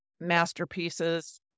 masterpieces